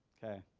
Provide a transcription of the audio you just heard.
okay.